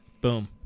boom